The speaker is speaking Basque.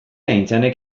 aintzanek